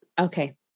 Okay